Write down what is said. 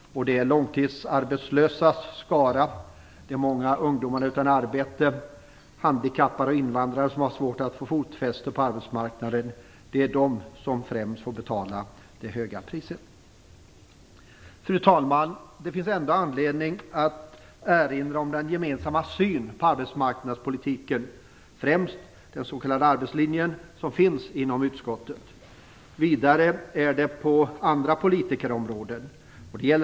Det är de långtidsarbetslösa, de många ungdomarna utan arbete och de handikappade och invandrarna, som har svårt att få fotfäste på arbetsmarknaden, som främst får betala det höga priset. Fru talman! Det finns ändå anledning att erinra om den gemensamma syn på arbetsmarknadspolitiken som finns inom utskottet, främst när det gäller den s.k. arbetslinjen. Vidare handlar det om andra politikområden.